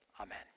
Amen